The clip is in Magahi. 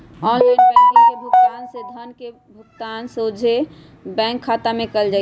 ऑनलाइन बैंकिंग के माध्यम से धन के भुगतान सोझे बैंक खता में कएल जाइ छइ